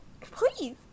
please